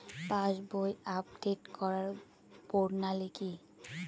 পাসবই update করার প্রণালী কি?